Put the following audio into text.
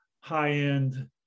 high-end